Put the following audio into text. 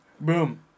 Boom